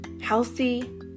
healthy